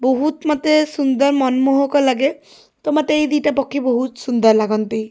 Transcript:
ବହୁତ ମୋତେ ସୁନ୍ଦର ମନମୋହକ ଲାଗେ ତ ମୋତେ ଏଇ ଦୁଇଟା ପକ୍ଷୀ ବହୁତ ସୁନ୍ଦର ଲାଗନ୍ତି